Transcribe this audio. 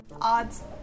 Odds